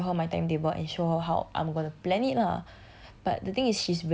as in I don't mind to show her my timetable and show her how I'm gonna plan it lah